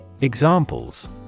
Examples